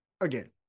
Again